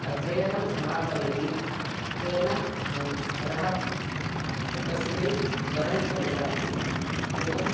अध्ययनं समापयति तेन वरः तस्मै वरं च ददाति एवम्